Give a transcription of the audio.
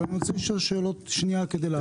אבל אני רוצה לשאול שאלות כדי להבין.